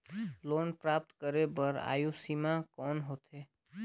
Loan प्राप्त करे बर आयु सीमा कौन होथे?